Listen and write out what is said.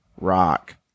rock